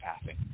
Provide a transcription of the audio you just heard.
passing